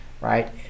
right